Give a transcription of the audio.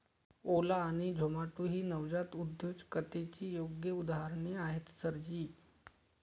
ओला आणि झोमाटो ही नवजात उद्योजकतेची योग्य उदाहरणे आहेत सर जी